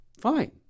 Fine